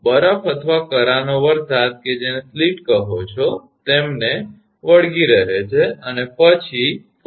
બરફ અથવા કરાનો વરસાદ તેમને વળગી રહે છે અને પછી 4